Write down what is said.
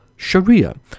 Sharia